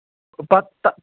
پتہٕ تَ